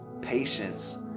patience